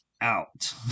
out